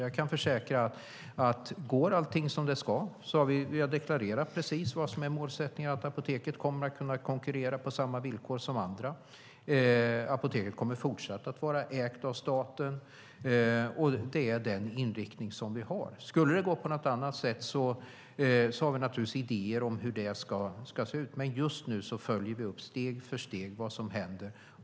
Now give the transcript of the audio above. Jag kan försäkra att går allting som det ska har vi deklarerat precis vad som är målsättningen, att apoteket kommer att kunna konkurrera på samma villkor som andra. Apoteket kommer att fortsätta att vara ägt av staten. Det är den inriktning som vi har. Skulle det gå på något annat sätt har vi naturligtvis idéer om hur det ska se ut. Men just nu följer vi steg för steg vad som händer.